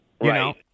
Right